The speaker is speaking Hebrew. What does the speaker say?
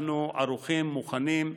אנחנו ערוכים ומוכנים.